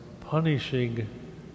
punishing